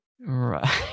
Right